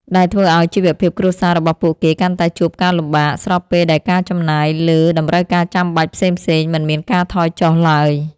ដែលធ្វើឱ្យជីវភាពគ្រួសាររបស់ពួកគេកាន់តែជួបការលំបាក ស្របពេលដែលការចំណាយលើតម្រូវការចាំបាច់ផ្សេងៗមិនមានការថយចុះឡើយ។